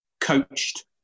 coached